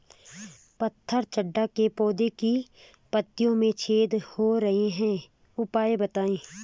पत्थर चट्टा के पौधें की पत्तियों में छेद हो रहे हैं उपाय बताएं?